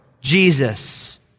Jesus